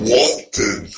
Walton